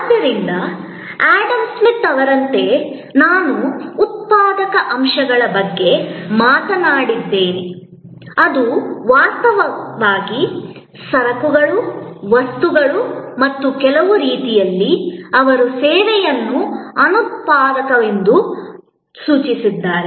ಆದ್ದರಿಂದ Adam Smith ಅವರಂತೆ ನಾನು ಉತ್ಪಾದಕ ಅಂಶಗಳ ಬಗ್ಗೆ ಮಾತನಾಡಿದ್ದೇನೆ ಅದು ವಾಸ್ತವವಾಗಿ ಸರಕುಗಳು ವಸ್ತುಗಳು ಮತ್ತು ಕೆಲವು ರೀತಿಯಲ್ಲಿ ಅವರು ಸೇವೆಗಳನ್ನು ಅನುತ್ಪಾದಕವೆಂದು ಸೂಚಿಸಿದ್ದಾರೆ